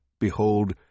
behold